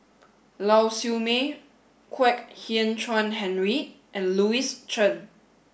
Lau Siew Mei Kwek Hian Chuan Henry and Louis Chen